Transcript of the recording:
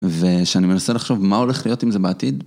ושאני מנסה לחשוב מה הולך להיות עם זה בעתיד.